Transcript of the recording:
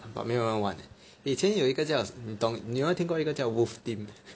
but 没有人玩 leh 以前有一个叫你懂你有没有听过一个叫 wolf team